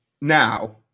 Now